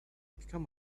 become